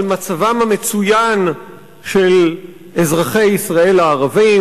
על מצבם המצוין של אזרחי ישראל הערבים,